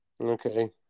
Okay